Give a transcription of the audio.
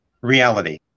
reality